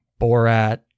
Borat